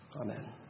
Amen